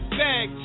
bag